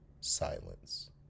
Silence